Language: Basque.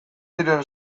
diren